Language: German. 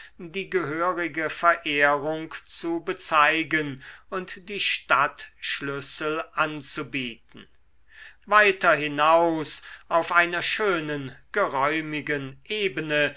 die gehörige verehrung zu bezeigen und die stadtschlüssel anzubieten weiter hinaus auf einer schönen geräumigen ebene